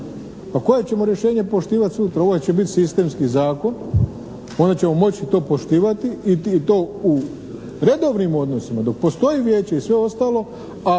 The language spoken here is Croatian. A koje ćemo rješenje poštivati sutra? Ovo će biti sistemski zakon, onda ćemo moći to poštivati i to u redovnim odnosima dok postoji Vijeće i sve ostalo,